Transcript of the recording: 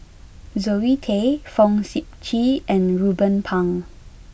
Zoe Tay Fong Sip Chee and Ruben Pang